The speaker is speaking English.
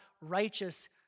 righteous